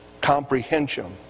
comprehension